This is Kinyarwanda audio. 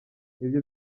ibyo